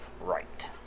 right